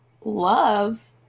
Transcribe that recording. love